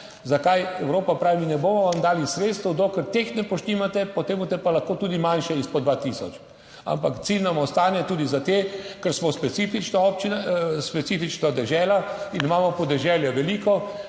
zakaj Evropa pravi, ne bomo vam dali sredstev, dokler teh ne poštimate -, potem boste pa lahko tudi manjše izpod 2000. Ampak cilj nam ostane tudi za te, ker smo specifična, specifična dežela in imamo podeželje veliko,